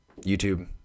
YouTube